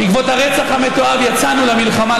בעקבות הרצח המתועב יצאנו למלחמה,